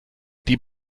die